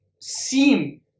seem